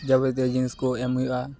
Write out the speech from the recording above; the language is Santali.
ᱡᱟᱵᱚᱛᱤᱭᱳ ᱡᱤᱱᱤᱥ ᱠᱚ ᱮᱢ ᱦᱩᱭᱩᱜᱼᱟ